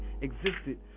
existed